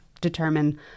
determine